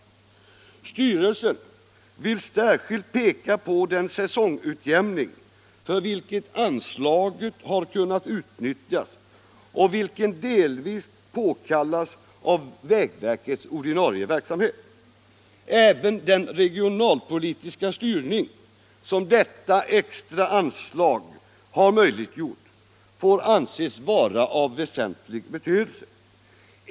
Styrelsen vill särskilt peka på den säsongutjämning för vilken anslaget har kunnat utnyttjas och vilken delvis påkallas av vägverkets ordinarie verksamhet. Även den regionalpolitiska styrning som detta extra anslag har möjliggjort får anses vara av väsentlig betydelse.